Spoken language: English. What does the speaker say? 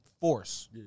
force